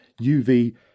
UV